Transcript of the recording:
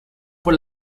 por